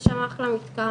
יש שם אחלה מתקן,